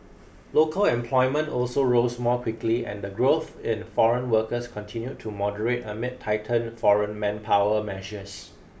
local employment also rose more quickly and the growth in foreign workers continued to moderate amid tightened foreign manpower measures